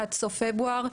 עד סוף פברואר,